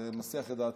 זה מסיח את דעתי.